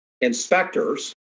inspectors